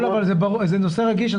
לא, זה נושא רגיש.